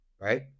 Right